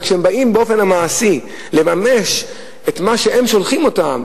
וכשהם באים באופן המעשי לממש את מה שהם שולחים אותם,